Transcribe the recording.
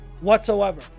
whatsoever